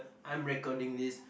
I'm recording this